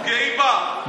ואנחנו גאים בה.